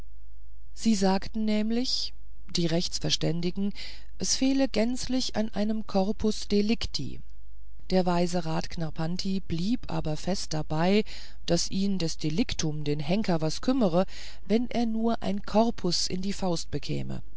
sie sagten nämlich die rechtsverständigen es fehle gänzlich an einem corpus delicti der weise rat knarrpanti blieb aber fest dabei stehen daß ihn das delictum den henker was kümmere wenn er nur ein corpus in die faust bekäme